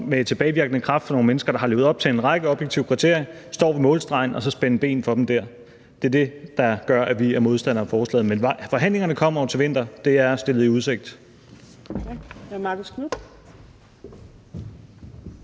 med tilbagevirkende kraft for nogle mennesker, der har levet op til en række objektive kriterier, som står ved målstregen, og så spænde ben for dem der. Det er det, der gør, at vi er modstandere af forslaget. Men forhandlingerne kommer jo til vinter. Det er stillet i udsigt.